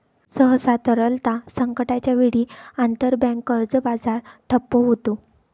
सहसा, तरलता संकटाच्या वेळी, आंतरबँक कर्ज बाजार ठप्प होतो